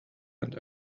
and